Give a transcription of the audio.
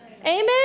Amen